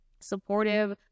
supportive